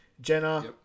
Jenna